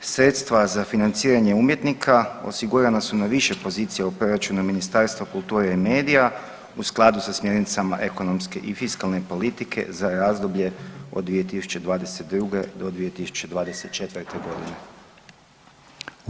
Sredstva za financiranje umjetnika osigurana su na više pozicija u proračunu Ministarstva kulture i medija u skladu sa smjernicama ekonomske i fiskalne politike za razdoblje od 2022. do 2024. godine.